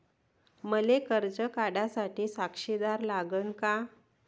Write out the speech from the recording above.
मले कर्ज काढा साठी साक्षीदार लागन का?